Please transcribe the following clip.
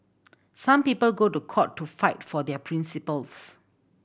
some people go to court to fight for their principles